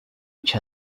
each